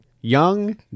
young